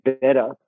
better